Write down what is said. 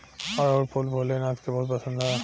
अढ़ऊल फूल भोले नाथ के बहुत पसंद ह